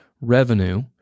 revenue –